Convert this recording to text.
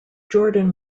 jordan